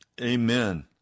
Amen